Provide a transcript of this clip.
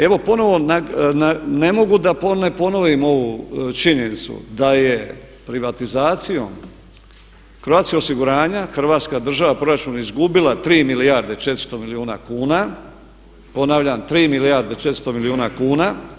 Evo ponovo ne mogu da ne ponovim ovu činjenicu da je privatizacijom Croatia osiguranja Hrvatska država, proračun izgubila 3 milijarde i 400 milijuna kuna, ponavljam 3 milijarde i 400 milijuna kuna.